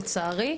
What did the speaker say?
לצערי.